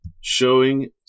showing